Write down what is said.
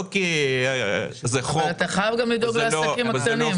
לא כי זה חוק -- אבל אתה חייב לדאוג גם לעסקים הקטנים,